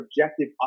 objective